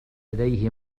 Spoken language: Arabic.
لديه